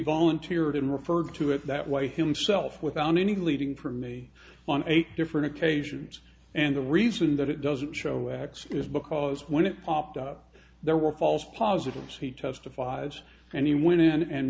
volunteered and referred to it that way himself without any bleeding from me on eight different occasions and the reason that it doesn't show x is because when it popped up there were false positives he testifies and he went